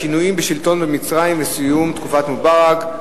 5070 ו-5071 בנושא: השינויים בשלטון במצרים וסיום תקופת מובארק.